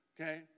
okay